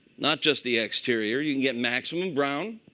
not just the exterior. you can get maximum brown.